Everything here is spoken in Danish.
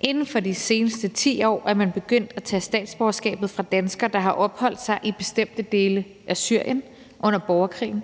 Inden for de seneste 10 år er man begyndt at tage statsborgerskabet fra danskere, der har opholdt sig i bestemte dele af Syrien under borgerkrigen,